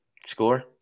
Score